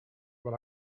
but